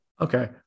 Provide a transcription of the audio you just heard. Okay